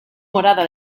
morada